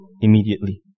immediately